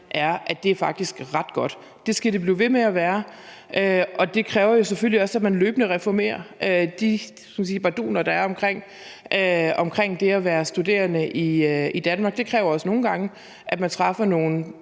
er, at det faktisk er ret godt. Det skal det blive ved med at være, og det kræver jo selvfølgelig også, at man løbende reformerer de, hvad skal man sige, barduner, der er omkring det at være studerende i Danmark. Det kræver også nogle gange, at man træffer nogle